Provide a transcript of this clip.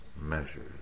measures